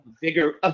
bigger